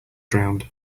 drowned